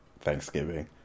Thanksgiving